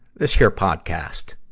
this here podcast,